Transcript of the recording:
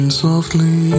softly